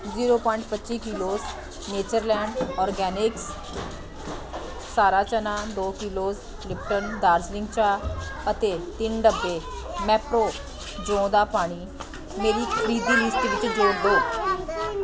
zero point ਪੱਚੀ kilos Natureland organics ਸਾਰਾ ਚਨਾ ਦੋ ਕਿਲੋਜ਼ ਲਿਪਟਨ ਦਾਰਜੀਲਿੰਗ ਚਾਹ ਅਤੇ ਤਿੰਨ ਡੱਬੇ ਮੈਪਰੋ ਜੌਂ ਦਾ ਪਾਣੀ ਮੇਰੀ ਖਰੀਦੀ ਲਿਸਟ ਵਿੱਚ ਜੋੜ ਦੋ